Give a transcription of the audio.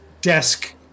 desk